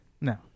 No